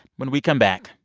when we come back,